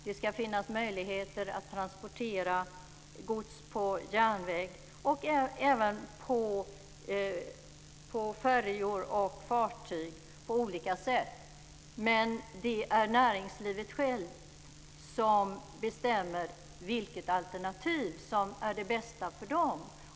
Det ska finnas möjligheter att transportera gods på järnväg och även på färjor och fartyg på olika sätt. Men det är näringslivet självt som bestämmer vilket alternativ som är det bästa för dem.